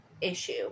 issue